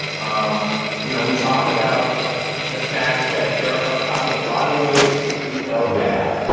um you know we talk about the fact that there are probably a lot of ways to do keto bad.